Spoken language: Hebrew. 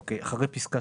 אין בעיה, בסדר.